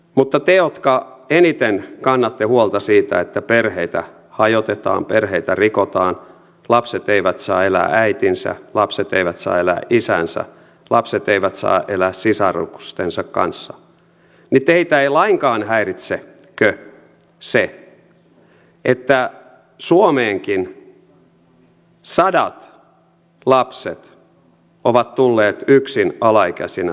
mutta eikö teitä jotka eniten kannatte huolta siitä että perheitä hajotetaan perheitä rikotaan lapset eivät saa elää äitinsä lapset eivät saa elää isänsä lapset eivät saa elää sisarustensa kanssa lainkaan häiritse se että suomeenkin sadat lapset ovat tulleet yksin alaikäisinä hakemaan turvapaikkaa